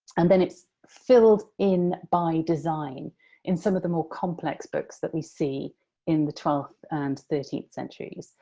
and then it's filled in by design in some of the more complex books that we see in the twelfth and thirteenth centuries.